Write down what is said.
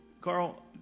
Carl